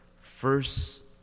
first